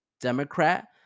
Democrat